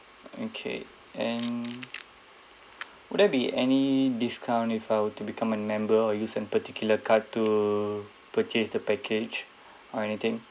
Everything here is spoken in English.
okay and would there be any discount if I were to become a member or use an particular card to purchase the package or anything